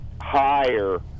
higher